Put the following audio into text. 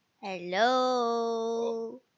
Hello